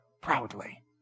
proudly